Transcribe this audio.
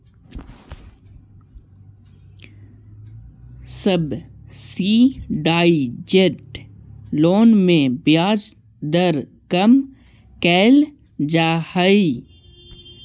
subsidised loan में ब्याज दर कम कैल जा हइ